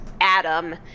Adam